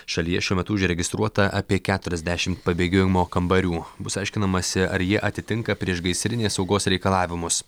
šalyje šiuo metu užregistruota apie keturiasdešimt pabėgimo kambarių bus aiškinamasi ar jie atitinka priešgaisrinės saugos reikalavimus